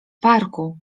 parku